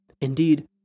Indeed